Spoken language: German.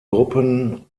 gruppen